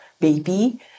baby